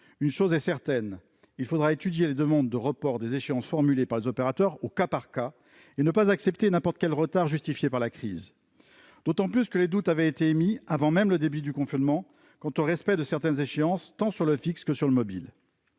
Une chose est certaine : il faudra étudier les demandes de report des échéances formulées par les opérateurs au cas par cas et ne pas accepter n'importe quel retard justifié par la crise, d'autant plus que des doutes avaient été émis, avant même le début du confinement, sur le respect de certaines échéances, tant pour le fixe que pour le mobile.